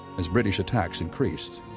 as british attacks increased,